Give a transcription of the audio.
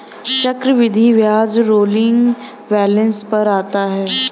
चक्रवृद्धि ब्याज rolling balance पर आता है